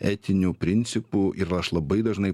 etinių principų ir aš labai dažnai